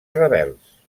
rebels